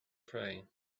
pray